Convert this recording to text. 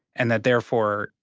and that therefore,